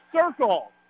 circle